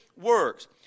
works